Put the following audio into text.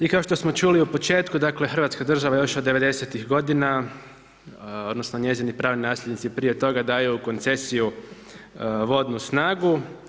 I kao što smo čuli u početku, dakle Hrvatska država, još od '90. g. odnosno, njezini pravni nasljednici prije toga, daju u koncesiju vodnu snagu.